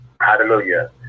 Hallelujah